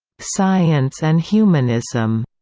science and humanism,